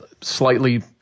slightly